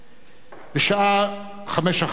בשעה 17:00,